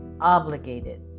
obligated